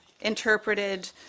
interpreted